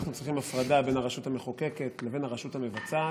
אנחנו צריכים הפרדה בין הרשות המחוקקת לבין הרשות המבצעת,